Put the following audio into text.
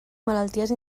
malalties